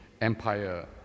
Empire